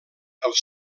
els